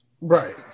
Right